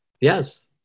Yes